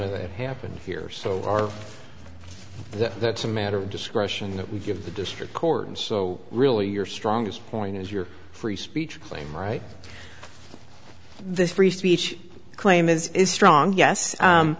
of that happened here so far that's a matter of discretion that we give the district court and so really your strongest point is your free speech claim right this free speech claim is is strong yes